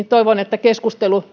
toivon että keskustelu